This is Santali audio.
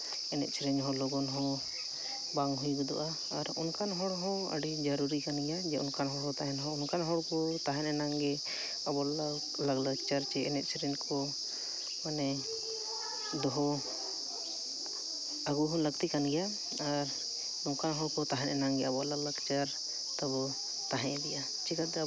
ᱮᱱᱮᱡ ᱥᱮᱨᱮᱧ ᱦᱚᱸ ᱞᱚᱜᱚᱱ ᱦᱚᱸ ᱵᱟᱝ ᱦᱩᱭ ᱜᱚᱫᱚᱜᱼᱟ ᱟᱨ ᱚᱱᱠᱟᱱ ᱦᱚᱲ ᱦᱚᱸ ᱟᱹᱰᱤ ᱡᱟᱹᱨᱩᱲᱤ ᱠᱟᱱ ᱜᱮᱭᱟ ᱡᱮ ᱚᱱᱠᱟᱱ ᱦᱚᱲ ᱦᱚᱸ ᱛᱟᱦᱮᱱ ᱦᱚᱸ ᱚᱱᱠᱟᱱ ᱦᱚᱲ ᱠᱚ ᱛᱟᱦᱮᱱ ᱮᱱᱟᱜ ᱜᱮ ᱟᱵᱚ ᱞᱟᱭᱼᱞᱟᱜᱪᱟᱨ ᱥᱮ ᱮᱱᱮᱡ ᱥᱮᱨᱮᱧ ᱠᱚ ᱢᱟᱱᱮ ᱫᱚᱦᱚ ᱟᱹᱜᱩ ᱦᱚᱸ ᱞᱟᱹᱠᱛᱤ ᱠᱟᱱᱟ ᱟᱨ ᱱᱚᱝᱠᱟᱱ ᱦᱚᱲ ᱠᱚ ᱛᱟᱷᱮᱱ ᱮᱱᱟᱝ ᱜᱮ ᱟᱵᱚᱣᱟᱜ ᱞᱟᱠᱪᱟᱨ ᱛᱟᱵᱚ ᱛᱟᱦᱮᱸ ᱤᱫᱤᱜᱼᱟ ᱪᱤᱠᱟᱹᱛᱮ